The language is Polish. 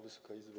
Wysoka Izbo!